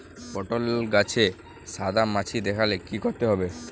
পটলে গাছে সাদা মাছি দেখালে কি করতে হবে?